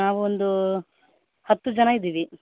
ನಾವೊಂದು ಹತ್ತು ಜನ ಇದ್ದೀವಿ